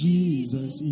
Jesus